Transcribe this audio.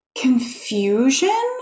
confusion